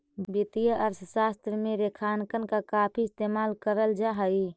वित्तीय अर्थशास्त्र में रेखांकन का काफी इस्तेमाल करल जा हई